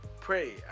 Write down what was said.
pray